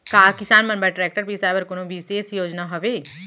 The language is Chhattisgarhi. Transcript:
का किसान मन बर ट्रैक्टर बिसाय बर कोनो बिशेष योजना हवे?